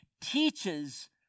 teaches